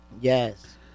Yes